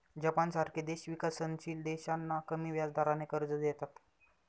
जपानसारखे देश विकसनशील देशांना कमी व्याजदराने कर्ज देतात